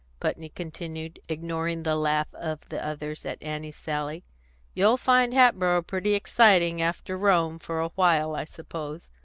putney continued, ignoring the laugh of the others at annie's sally you'll find hatboro' pretty exciting, after rome, for a while, i suppose.